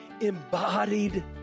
embodied